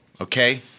okay